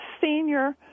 senior